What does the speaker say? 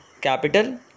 capital